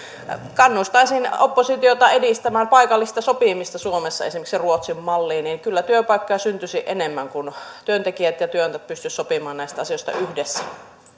kannustaisin oppositiota edistämään paikallista sopimista suomessa esimerkiksi ruotsin malliin niin kyllä työpaikkoja syntyisi enemmän kun työntekijät ja työnantajat pystyisivät sopimaan näistä asioista yhdessä